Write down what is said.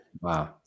wow